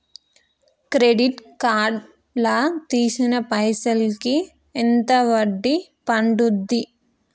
Credit card లా తీసిన పైసల్ కి ఎంత వడ్డీ పండుద్ధి?